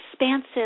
expansive